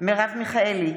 מרב מיכאלי,